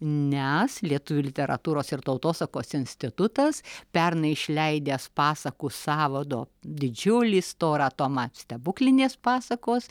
nes lietuvių literatūros ir tautosakos institutas pernai išleidęs pasakų sąvado didžiulį storą tomą stebuklinės pasakos